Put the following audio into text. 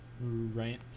right